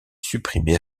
supprimée